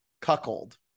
Cuckold